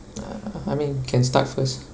uh I mean can start first